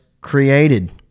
created